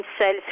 cells